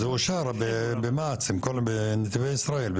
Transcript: זה אושר בנתיבי ישראל.